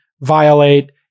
violate